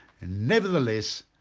Nevertheless